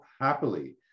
happily